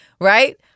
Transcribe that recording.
Right